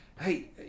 Hey